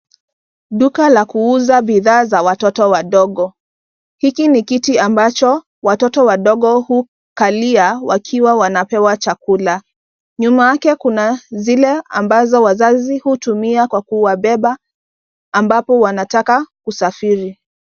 Duka la kuuza bidhaa za watoto wadogo. Hiki ni kiti ambacho watoto wadogo hukalia wakiwa wanapewa chakula. Nyuma yake kuna zile ambazo wazazi hutumia kwa kuwabeba ambapo wanataka kusafiri.